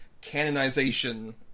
canonization